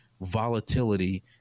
volatility